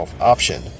option